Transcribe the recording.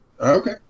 Okay